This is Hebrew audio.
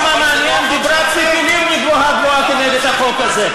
דיברה ציפי לבני גבוהה-גבוהה נגד החוק הזה.